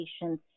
patients